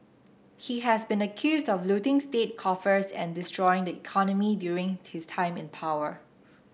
he has been accused of looting state coffers and destroying the economy during his time in power